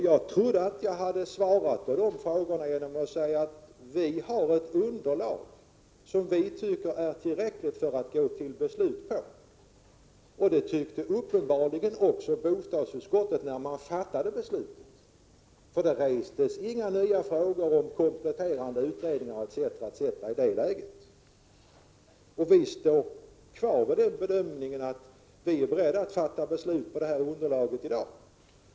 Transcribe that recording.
Jag trodde att jag hade svarat på dem genom att säga att vi har ett underlag som vi tycker är tillräckligt för att gå till beslut på. Det ansåg uppenbarligen också bostadsutskottet när det fattade sitt beslut, för där restes inga nya frågor och kompletterande utredningar etc. i det läget. Vi står kvar vid bedömningen att vi är beredda att fatta beslut på detta underlag i dag.